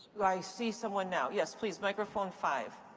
like i see someone now. yes, please, microphone five.